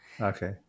Okay